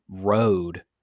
road